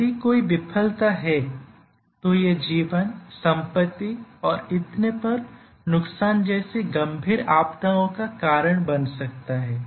यदि कोई विफलता है तो यह जीवन संपत्ति और इतने पर नुकसान जैसी गंभीर आपदाओं का कारण बन सकता है